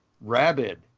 rabid